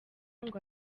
ngo